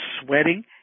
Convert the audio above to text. sweating –